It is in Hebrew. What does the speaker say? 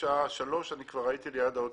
בשעה 15:00 הייתי ליד האוטובוס.